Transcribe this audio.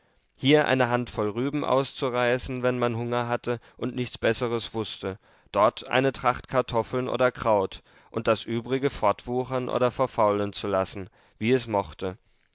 hier eine handvoll rüben auszureißen wenn man hunger hatte und nichts besseres wußte dort eine tracht kartoffeln oder kraut und das übrige fortwuchern oder verfaulen zu lassen wie es mochte